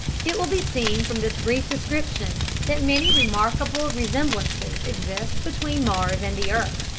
it will be seen from this brief description that many remarkable resemblances exist between mars and the earth,